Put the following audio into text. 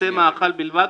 ביצי מאכל בלבד,